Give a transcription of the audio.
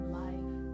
life